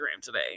today